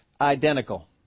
identical